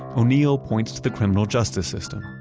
o'neil points to the criminal justice system.